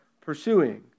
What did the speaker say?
pursuing